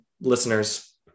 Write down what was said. listeners